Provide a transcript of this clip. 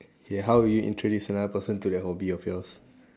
K how will you introduce another person to that hobby of yours